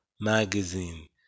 magazine